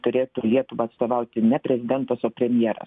turėtų lietuvą atstovauti ne prezidentas o premjeras